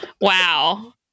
Wow